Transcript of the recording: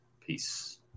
Peace